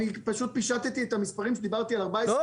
אני פשוט פישטתי את המספרים שדיברתי על ---.